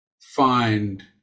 find